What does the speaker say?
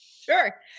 Sure